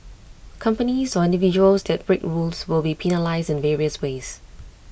companies or individuals that break rules will be penalised in various ways